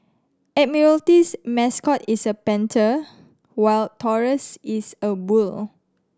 Admiralty's mascot is a panther while Taurus is a bull